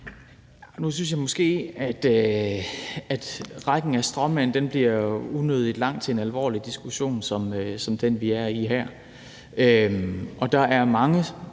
Nu synes jeg måske, at rækken af stråmænd bliver unødig lang til en så alvorlig diskussion som den, vi er i her. Som jeg også